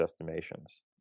estimations